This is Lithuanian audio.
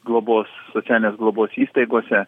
globos socialinės globos įstaigose